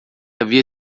havia